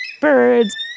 birds